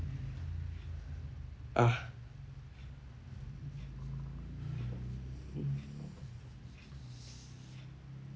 ah